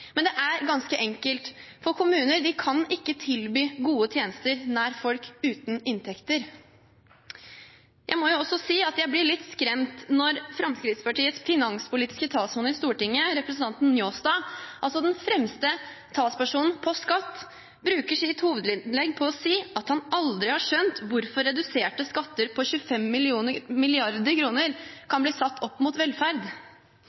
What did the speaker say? men det er ganske enkelt, for uten inntekter kan ikke kommunene tilby gode tjenester nær folk. Jeg må også si at jeg blir litt skremt når Fremskrittspartiets finanspolitiske talsmann i Stortinget, representanten Njåstad, altså den fremste talspersonen for skatt, bruker sitt hovedinnlegg til å si at han aldri har skjønt hvorfor reduserte skatter på 25